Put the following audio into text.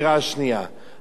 בעצם מה אתה עושה?